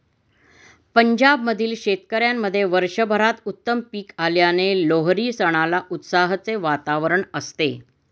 पंजाब मधील शेतकऱ्यांमध्ये वर्षभरात उत्तम पीक आल्याने लोहरी सणाला उत्साहाचे वातावरण असते